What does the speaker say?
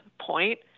point